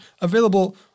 available